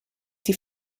die